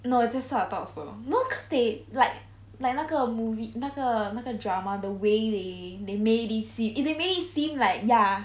no that's what I thought also no cause they like like 那个 movie 那个那个 drama the way they they made this scene they made it seem like ya